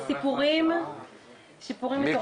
וסיפורים מטורפים.